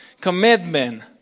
Commitment